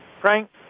Frank